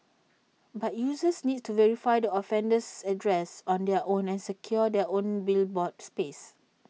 but users need to verify the offender's address on their own and secure their own billboard space